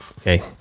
okay